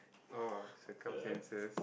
oh circumstances